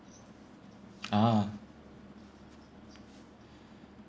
ah